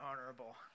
honorable